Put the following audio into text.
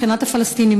מבחינת הפלסטינים,